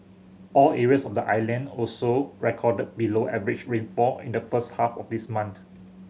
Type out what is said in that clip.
all areas of the island also recorded below average rainfall in the first half of this month